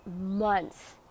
months